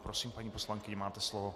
Prosím, paní poslankyně, máte slovo.